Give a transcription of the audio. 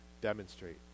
demonstrate